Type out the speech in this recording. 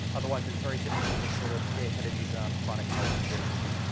otherwise it's very difficult to sort of stay ahead of these um chronic health conditions.